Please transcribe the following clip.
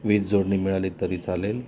वीज जोडणी मिळाली तरी चालेल